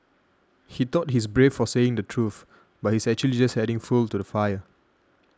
he thought he's brave for saying the truth but he's actually just adding fuel to the fire